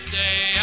day